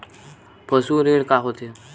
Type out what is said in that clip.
पशु ऋण का होथे?